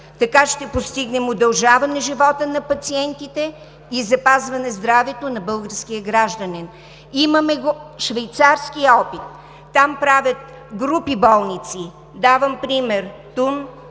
Така ще постигнем удължаване живота на пациентите и запазване здравето на българския гражданин. Имаме го швейцарския опит. Там правят групи болници. Давам пример – Тун,